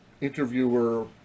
interviewer